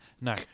No